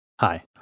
Hi